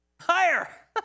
Hire